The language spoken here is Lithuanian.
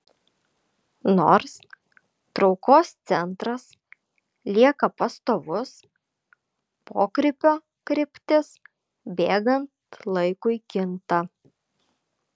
nors traukos centras lieka pastovus pokrypio kryptis bėgant laikui kinta